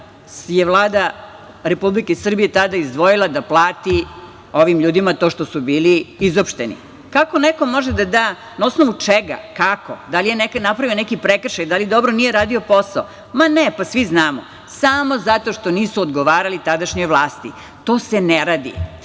je Vlada Republike Srbije tada izdvojila da plati ovim ljudima to što su bili izopšteni. Kako neko može da da, na osnovu čega, kako? Da li je napravio neki prekršaj, da li nije dobro radio posao? Ma, ne, pa svi znamo, samo zato što nisu odgovarali tadašnjoj vlasti. To se ne radi. Zato